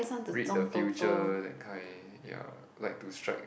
read the future that kind ya like to strike